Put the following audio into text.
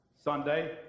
Sunday